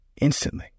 instantly